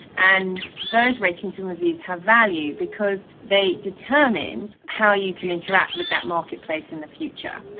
and those ratings and reviews have value because they determine how you can interact with that marketplace in the future.